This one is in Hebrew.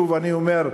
שוב אני אומר,